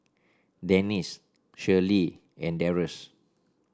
Dennis Shirlee and Darrius